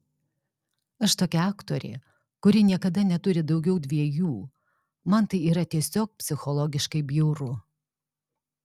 aš tokia aktorė kuri niekada neturi daugiau dviejų man tai yra tiesiog psichologiškai bjauru